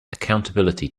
accountability